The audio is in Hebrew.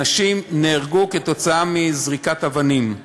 אנשים נהרגו כתוצאה מזריקת אבנים.